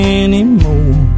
anymore